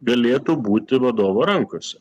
galėtų būti vadovo rankose